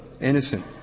innocent